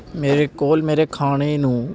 ਮੇਰੇ ਕੋਲ ਮੇਰੇ ਖਾਣੇ ਨੂੰ